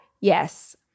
Yes